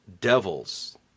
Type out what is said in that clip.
devils